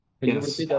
Yes